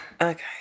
Okay